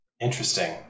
Interesting